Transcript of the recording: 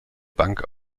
bank